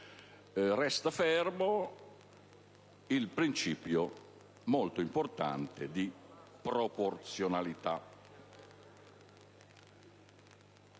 resta fermo il principio, molto importante, di proporzionalità.